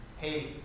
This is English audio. Hey